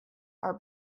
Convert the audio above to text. are